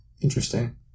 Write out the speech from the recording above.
Interesting